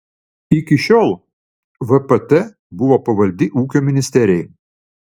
iki šiol vpt buvo pavaldi ūkio ministerijai